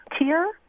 tier